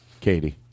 Katie